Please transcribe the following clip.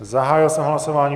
Zahájil jsem hlasování.